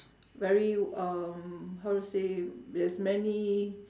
very um how to say there's many